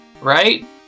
Right